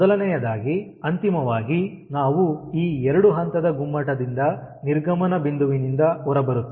ಮೊದಲನೆಯದಾಗಿ ಅಂತಿಮವಾಗಿ ನಾವು ಈ ಎರಡು ಹಂತದ ಗುಮ್ಮಟದಿಂದ ನಿರ್ಗಮನ ಬಿಂದುವಿನಿಂದ ಹೊರಬರುತ್ತೇವೆ